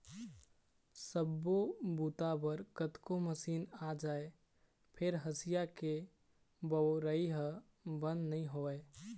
सब्बो बूता बर कतको मसीन आ जाए फेर हँसिया के बउरइ ह बंद नइ होवय